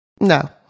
No